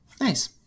nice